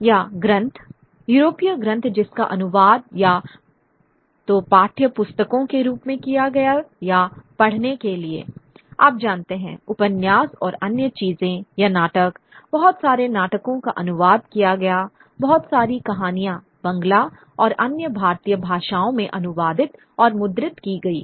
या ग्रंथ यूरोपीय ग्रंथ जिसका अनुवाद या तो पाठ्य पुस्तकों के रूप में किया गया या पढ़ने के लिए आप जानते हैं उपन्यास और अन्य चीजें या नाटक बहुत सारे नाटकों का अनुवाद किया गया बहुत सारी कहानियां बंगला और अन्य भारतीय भाषाओं में अनुवादित और मुद्रित की गईं